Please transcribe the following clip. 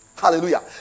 Hallelujah